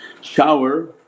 shower